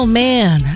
man